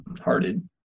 hearted